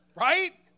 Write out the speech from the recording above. Right